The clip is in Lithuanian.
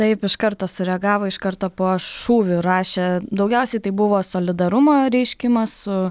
taip iš karto sureagavo iš karto po šūvių rašė daugiausiai tai buvo solidarumo reiškimas su